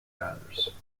matters